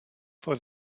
for